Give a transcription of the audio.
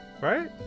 right